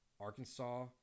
Arkansas